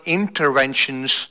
interventions